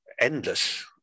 endless